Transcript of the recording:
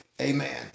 Amen